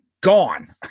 gone